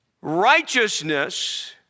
Righteousness